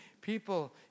people